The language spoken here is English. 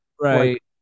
right